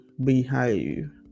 behave